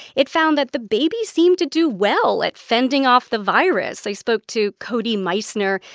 it found that the babies seemed to do well at fending off the virus. i spoke to cody meissner.